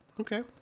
Okay